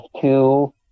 two